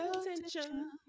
attention